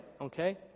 okay